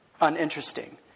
uninteresting